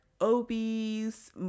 obese